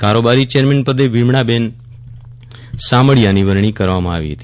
કારોબારી ચેરમેનપદે વિમળાબેન શામળીયાની વરણી કરવામાં આવી હતી